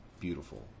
beautiful